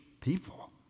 people